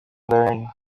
learning